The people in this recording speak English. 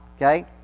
okay